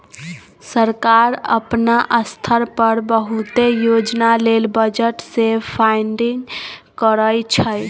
सरकार अपना स्तर पर बहुते योजना लेल बजट से फंडिंग करइ छइ